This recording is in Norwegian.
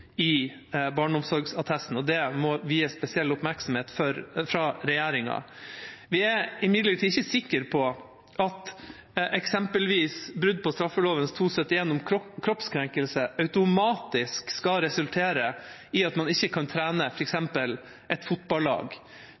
i barneomsorgsattesten. Det må vies spesiell oppmerksomhet fra regjeringa. Vi er imidlertid ikke sikre på at eksempelvis brudd på straffeloven § 271 om kroppskrenkelse automatisk skal resultere i at man ikke kan trene f.eks. et